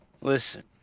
Listen